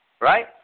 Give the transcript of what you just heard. right